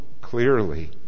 clearly